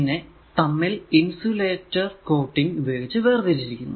പിന്നെ തമ്മിൽ insulator coating ഉപയോഗിച്ച് വേര്തിരിച്ചിരിക്കുന്നു